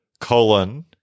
colon